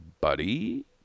buddy